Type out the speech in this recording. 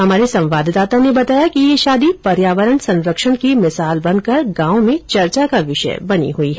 हमारे संवाददाता ने बताया कि ये शादी पर्यावरण संरक्षण की मिसाल बनकर गांव में चर्चा का विषय बनी हई है